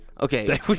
Okay